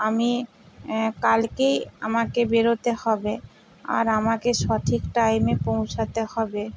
আমি কালকেই আমাকে বেরোতে হবে আর আমাকে সঠিক টাইমে পৌঁছাতে হবে